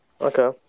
Okay